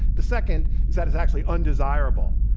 the second is that it's actually undesirable.